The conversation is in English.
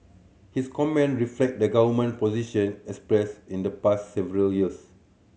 his comment reflect the government position expressed in the past several years